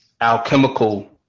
alchemical